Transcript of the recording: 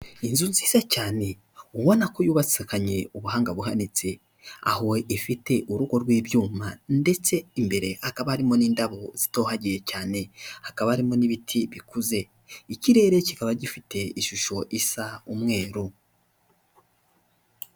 Inzu nziza cyane ubona ko yubatsekanye ubuhanga buhanitse aho ifite urugo rw'ibyuma ndetse imbere hakaba harimo n'indabo zitohagiye, cyane hakaba harimo n'ibiti bikuze ikirere kikaba gifite ishusho isa umweru.